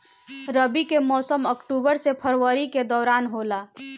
रबी के मौसम अक्टूबर से फरवरी के दौरान होला